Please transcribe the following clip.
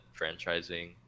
franchising